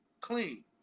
clean